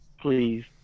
please